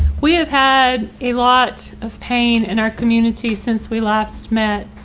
we have had a lot of pain in our community since we last met.